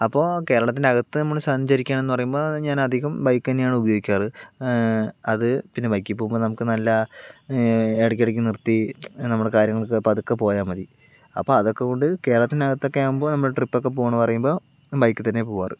അപ്പോൾ കേരളത്തിൻ്റെ അകത്ത് നമ്മൾ സഞ്ചരിക്കുകയാണെന്ന് പറയുമ്പോൾ ഞാൻ അധികം ബൈക്ക് തന്നെയാണ് ഉപയോഗിക്കാറ് അത് പിന്നെ ബൈക്കിൽ പോകുമ്പോൾ നമുക്ക് നല്ല ഇടയ്ക്കിടക്ക് നിർത്തി നമ്മുടെ കാര്യങ്ങൾക്ക് പതുക്കെ പോയാൽ മതി അപ്പോൾ അതൊക്കെ കൊണ്ട് കേരളത്തിനകത്തൊക്കെ ആകുമ്പോൾ നമ്മൾ ട്രിപ്പൊക്കെ പോകുകയെന്ന് പറയുമ്പോൾ ബൈക്കിൽ തന്നെയാ പോകാറ്